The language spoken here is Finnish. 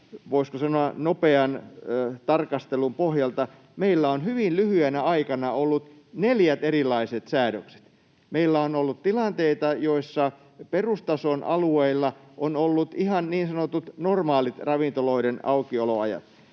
voisiko sanoa, nopean tarkasteluni pohjalta — että meillä on hyvin lyhyenä aikana ollut neljät erilaiset säädökset. Meillä on ollut tilanteita, joissa perustason alueilla on ollut niin sanotut ihan normaalit ravintoloiden aukioloajat.